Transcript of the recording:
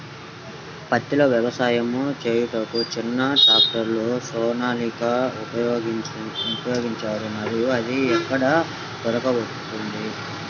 పత్తిలో వ్యవసాయము చేయుటకు చిన్న ట్రాక్టర్ సోనాలిక ఉపయోగించవచ్చా మరియు అది ఎక్కడ దొరుకుతుంది?